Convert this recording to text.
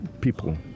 people